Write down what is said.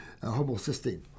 homocysteine